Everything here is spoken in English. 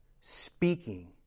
Speaking